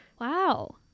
Wow